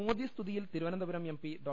മോദി സ്തുതിയിൽ Thiruvananthapuram M P ഡോ